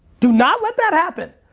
do not let that happen.